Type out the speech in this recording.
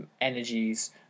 energies